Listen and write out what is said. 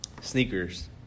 sneakers